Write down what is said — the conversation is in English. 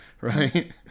right